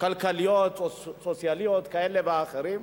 כלכליות או סוציאליות כאלה ואחרות.